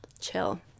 chill